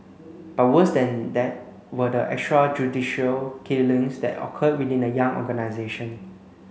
but worse than that were the extrajudicial killings that occurred within the young organisation